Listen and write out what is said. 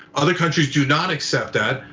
other countries do not accept that.